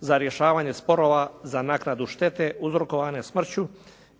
za rješavanje sporova za naknadu štete uzrokovane smrću